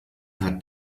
hat